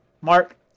Mark